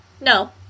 no